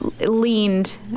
leaned